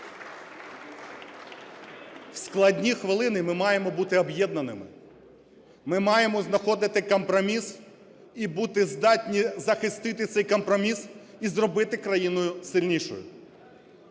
В складні хвилини ми маємо бути об'єднаними, ми маємо знаходити компроміс і бути здатні захистити цей компроміс і зробити країну сильнішою.